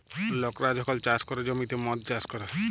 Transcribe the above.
লকরা যখল চাষ ক্যরে জ্যমিতে মদ চাষ ক্যরে